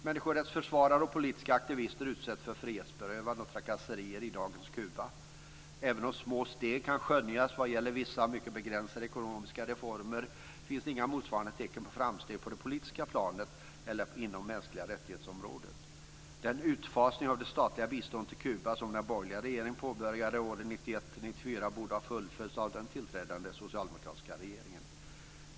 Människorättsförsvarare och politiska aktivister utsätts för frihetsberövanden och trakasserier i dagens Kuba. Även om små steg kan skönjas vad gäller vissa mycket begränsade ekonomiska reformer finns det inga motsvarande tecken på framsteg på det politiska planet eller inom området mänskliga rättigheter. Den utfasning av det statliga biståndet till Kuba som den borgerliga regeringen påbörjade under åren 1991 1994 borde ha fullföljts av den tillträdande socialdemokratiska regeringen.